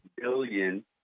billion